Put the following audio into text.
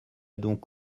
donc